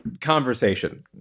conversation